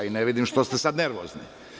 Ne vidim što ste sad nervozni.